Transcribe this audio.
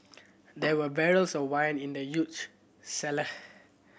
there were barrels of wine in the huge cellar